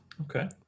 Okay